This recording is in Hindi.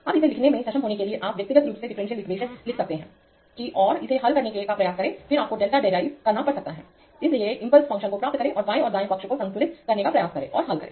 अब इसे लिखने में सक्षम होने के लिए आप व्यक्तिगत रूप से डिफरेंशियल इक्वेशन लिख सकते हैं किऔर इसे हल करने का प्रयास करें फिर आपको डेल्टा डीराइव करना पड़ सकता है इसलिए इम्पल्स फंक्शन्स को प्राप्त करें और बाएं और दाएं पक्ष को संतुलितबैलेंस करने का प्रयास करें और हल करें